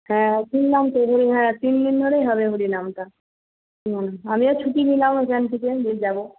হ্যাঁ শুনলাম তো হ্যাঁ তিনদিন ধরে হবে হরিনামটা আমিও ছুটি নিলাম ওইখান থেকে যে যাবো